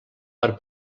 per